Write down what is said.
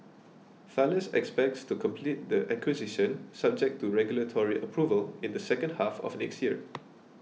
Thales expects to complete the acquisition subject to regulatory approval in the second half of next year